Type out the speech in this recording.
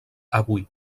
avui